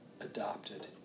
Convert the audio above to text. adopted